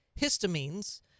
histamines